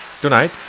Tonight